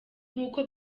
nk’uko